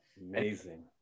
Amazing